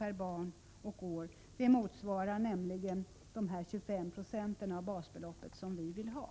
per barn och år motsvarar nämligen de 25 96 av basbeloppet som vi vill ha.